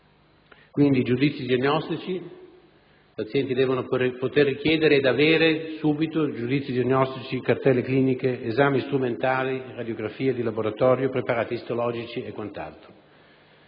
sanitaria. Quindi, i pazienti devono poter richiedere ed avere subito giudizi diagnostici, cartelle cliniche, esami strumentali, radiografie di laboratorio, preparati istologici e quant'altro.